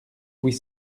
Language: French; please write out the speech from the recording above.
huit